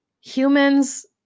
humans